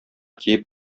киеп